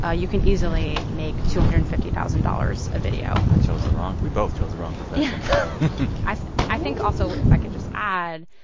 ah you can easily make two hundred and fifty thousand dollars a video i chose the wrong we both chose the wrong profession i i think, also, if i could just add,